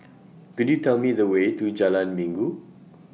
Could YOU Tell Me The Way to Jalan Minggu